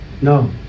No